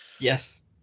Yes